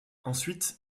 ensuite